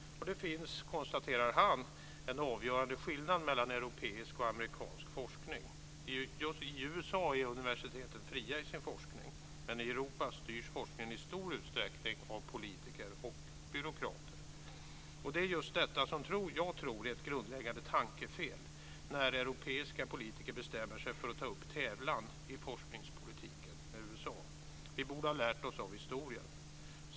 Det finns, konstaterar han, en avgörande skillnad mellan europeisk och amerikansk forskning. I USA är universiteten fria i sin forskning, men i Europa styrs forskningen i stor utsträckning av politiker och byråkrater. Det är just detta som jag tror är ett grundläggande tankefel när europeiska politiker bestämmer sig för att ta upp tävlan i forskningspolitiken med USA. Vi borde ha lärt oss av historien.